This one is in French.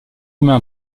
humain